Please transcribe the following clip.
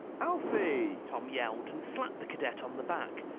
alfie! tom yelled and slapped the cadet on the back.